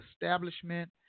establishment